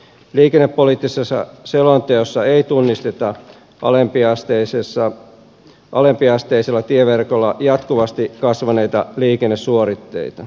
liikennepoliittisessa selonteossa ei tunnisteta alempiasteisella tieverkolla jatkuvasti kasvaneita liikennesuoritteita